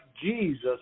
Jesus